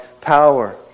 power